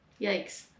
Yikes